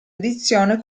edizione